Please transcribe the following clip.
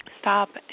stop